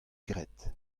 graet